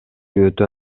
өтө